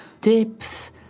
depth